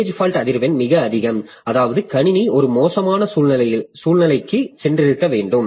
page fault அதிர்வெண் மிக அதிகம் அதாவது கணினி ஒரு மோசமான சூழ்நிலைக்குச் சென்றிருக்க வேண்டும்